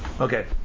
Okay